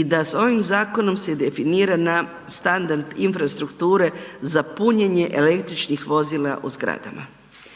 i da ovim zakonom se definira na standard infrastrukture za punjenje električnih vozila u zgradama.